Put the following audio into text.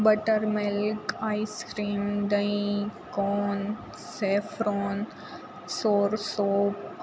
butter milk ice cream દહીં cone saffron સોર shop